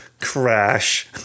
Crash